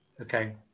Okay